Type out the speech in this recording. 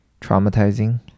traumatizing